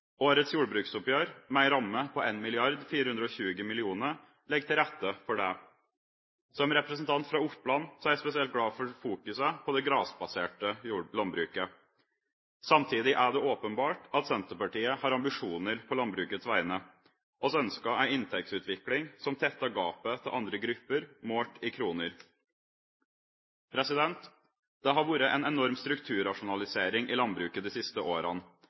Årets jordbruksoppgjør med en ramme på 1,42 mrd. kr legger til rette for det. Som representant fra Oppland er jeg spesielt glad for fokuset på det grasbaserte landbruket. Samtidig er det åpenbart at Senterpartiet har ambisjoner på landbrukets vegne. Vi ønsker en inntektsutvikling som tetter gapet til andre grupper målt i kroner. Det har vært en enorm strukturrasjonalisering i landbruket de siste årene.